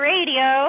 Radio